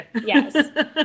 Yes